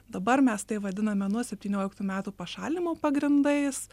dabar mes tai vadiname nuo septynioliktų metų pašalinimo pagrindais